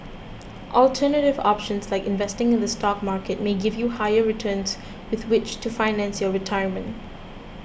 alternative options like investing in the stock market may give you higher returns with which to finance your retirement